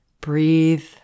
breathe